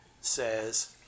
says